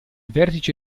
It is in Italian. vertice